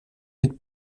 mit